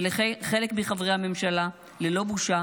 חלק מחברי הממשלה נוהגים ללא בושה